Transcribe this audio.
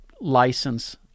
license